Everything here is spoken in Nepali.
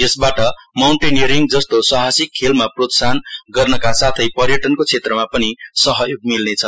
यसबाट माउन्टेनियरिङ जस्तो साहसिक खेलमा प्रोत्साहन गर्नका साथै पर्यटनको क्षेत्रमा पनि सहयोग मिल्नेछ